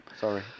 sorry